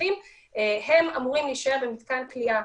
ההליכים הם אמורים להישאר במתקן כליאה.